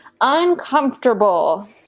uncomfortable